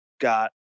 Got